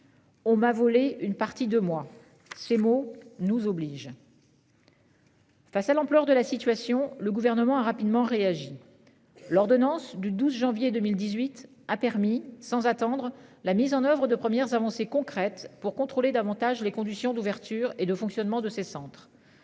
On m'a volé une partie de moi. Ces mots nous oblige. Face à l'ampleur de la situation, le gouvernement a rapidement réagi l'ordonnance du 12 janvier 2018 a permis sans attendre la mise en oeuvre de premières avancées concrètes pour contrôler davantage les conditions d'ouverture et de fonctionnement de ces centres.